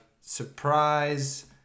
surprise